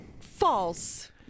false